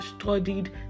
studied